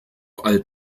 all